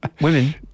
Women